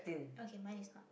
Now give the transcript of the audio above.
okay mine is not